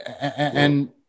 and-